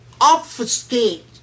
obfuscate